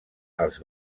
els